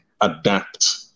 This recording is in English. adapt